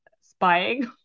spying